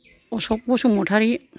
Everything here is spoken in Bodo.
असक बसुमतारी